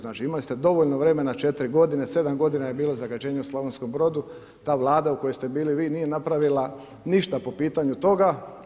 Znači imali ste dovoljno vremena četiri godine, sedam godina je bilo zagađenje u Slavonskom Brodu ta vlada u kojoj ste bili vi nije napravila ništa po pitanju toga.